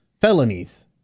felonies